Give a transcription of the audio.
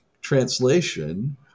translation